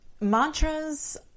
mantras